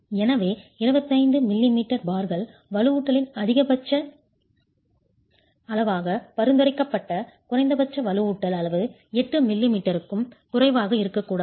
எனவே 25 மிமீ பார்கள் வலுவூட்டலின் அதிகபட்ச அளவாக பரிந்துரைக்கப்பட்ட குறைந்தபட்ச வலுவூட்டல் அளவு 8 மில்லிமீட்டருக்கும் குறைவாக இருக்கக்கூடாது